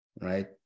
right